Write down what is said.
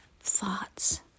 thoughts